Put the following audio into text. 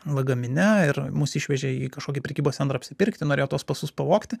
lagamine ir mus išvežė į kažkokį prekybos centrą apsipirkti norėjo tuos pasus pavogti